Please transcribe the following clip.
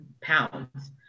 pounds